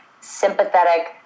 sympathetic